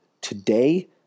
Today